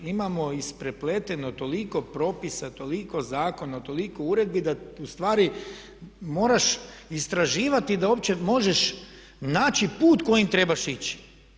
Imamo isprepleteno toliko propisa, toliko zakona, toliko uredbi da ustvari moraš istraživati da opće možeš naći put kojim trebaš ići.